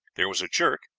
there was a jerk,